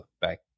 back